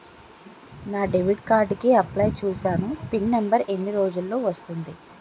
నా debit card కి apply చూసాను పిన్ నంబర్ ఎన్ని రోజుల్లో వస్తుంది?